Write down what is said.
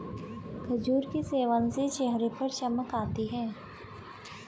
खजूर के सेवन से चेहरे पर चमक आती है